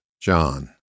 John